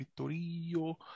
vittorio